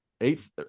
Eight